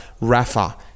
Rafa